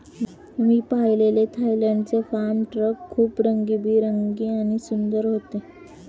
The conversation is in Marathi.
मी पाहिलेले थायलंडचे फार्म ट्रक खूप रंगीबेरंगी आणि सुंदर होते